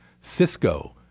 Cisco